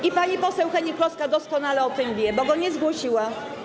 I pani poseł Hennig-Kloska doskonale o tym wie, bo go nie zgłosiła.